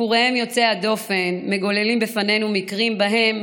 סיפוריהם יוצאי הדופן מגוללים בפנינו מקרים שבהם